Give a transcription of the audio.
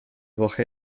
woche